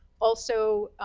also,